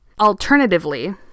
Alternatively